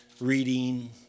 reading